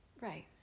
Right